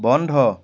বন্ধ